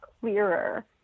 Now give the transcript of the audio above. clearer